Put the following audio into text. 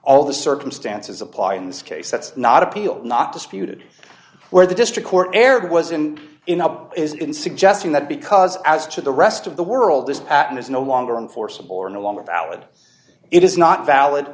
all the circumstances apply in this case that's not appealed not disputed where the district court erred wasn't in up is in suggesting that because as to the rest of the world this pattern is no longer enforceable or no longer valid it is not valid